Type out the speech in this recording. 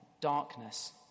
darkness